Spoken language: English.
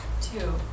Two